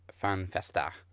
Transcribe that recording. fan-festa